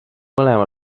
mõlema